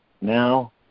now